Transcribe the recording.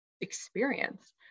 experience